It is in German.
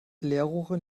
leerrohre